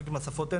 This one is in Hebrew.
לחלק אין,